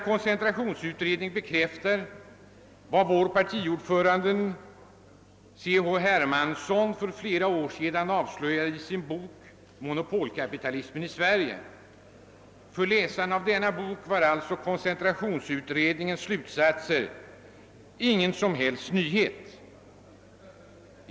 Koncentrationsutredningen bekräftar vad vår partiordförande C. H. Hermansson för flera år sedan avslöjade i sin bok »Monopolkapitalismen i Sverige». För läsarna av denna bok var alltså koncentrationsutredningens slutsatser ingen som helst nyhet.